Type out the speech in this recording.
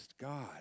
God